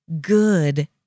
good